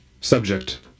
Subject